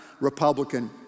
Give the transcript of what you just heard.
Republican